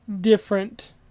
different